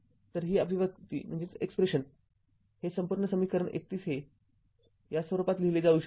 तर ही अभिव्यक्ती हे संपूर्ण समीकरण ३१ हे या स्वरूपात लिहिली जाऊ शकते